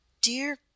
dear